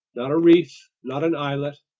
not a reef, not an islet.